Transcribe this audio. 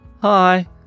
Hi